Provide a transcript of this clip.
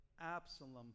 Absalom